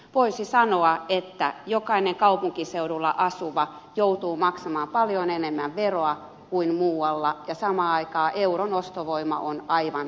voisi sanoa että jokainen kaupunkiseudulla asuva joutuu maksamaan paljon enemmän veroa kuin muualla ja samaan aikaan euron ostovoima on aivan toinen